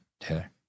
Taylor